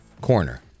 corner